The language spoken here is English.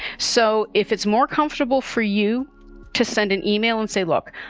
so if it's more comfortable for you to send an email and say, look,